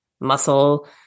muscle